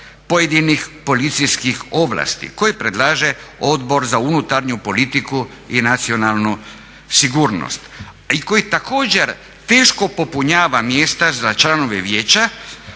pojedinih policijskih ovlasti koje predlaže Odbor za unutarnju politiku i nacionalnu sigurnost. I koji također teško popunjava mjesta za članove vijeća